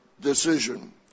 decision